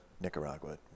Nicaragua